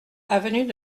avenue